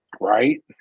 Right